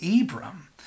Abram